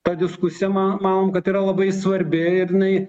ta diskusija ma manom kad yra labai svarbi ir jinai